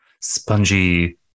spongy